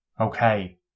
Okay